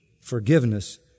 forgiveness